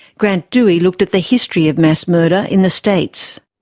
grant duwe looked at the history of mass murder in the states.